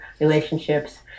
relationships